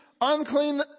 unclean